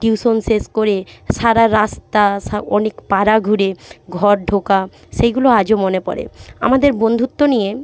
tuition শেষ করে সারা রাস্তা সা অনেক পাড়া ঘুরে ঘর ঢোকা সেগুলো আজও মনে পড়ে আমাদের বন্ধুত্ব নিয়ে